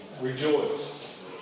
Rejoice